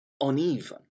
uneven